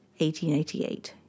1888